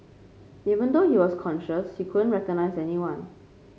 even though he was conscious he couldn't recognise anyone